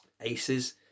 ACES